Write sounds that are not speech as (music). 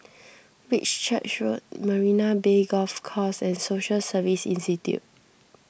(noise) Whitchurch Road Marina Bay Golf Course and Social Service Institute